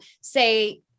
say